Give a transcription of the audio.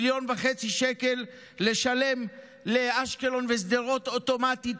מיליון שקל לשלם לאשקלון ולשדרות אוטומטית,